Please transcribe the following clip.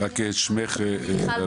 בבקשה, רק שמך לפרוטוקול.